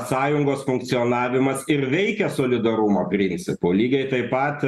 sąjungos funkcionavimas ir veikia solidarumo principu lygiai taip pat